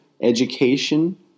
education